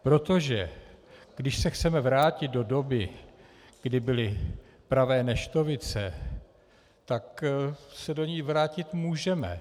Protože když se chceme vrátit do doby, kdy byly pravé neštovice, tak se do ní vrátit můžeme.